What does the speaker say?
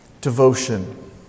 devotion